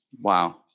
Wow